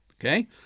okay